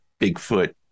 Bigfoot